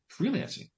freelancing